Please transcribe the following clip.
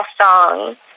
song